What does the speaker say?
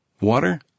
Water